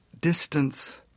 distance